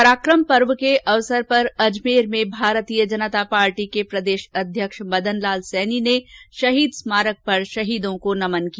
पराकम पर्व के अवसर पर अजमेर में भारतीय जनता पार्टी के प्रदेश अध्यक्ष मदन लाल सैनी ने शहीद स्मारक पर शहीदों को नमन किया